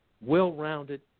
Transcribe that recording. well-rounded